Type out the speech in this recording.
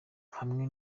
hamwe